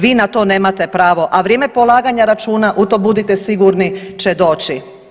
Vi na to nemate pravo, a vrijeme polaganja računa u to budite sigurni će doći.